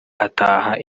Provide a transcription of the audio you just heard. ataha